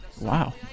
Wow